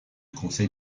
conseil